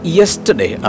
yesterday